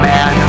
Man